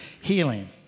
healing